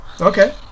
Okay